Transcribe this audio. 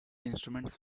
instruments